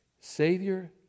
Savior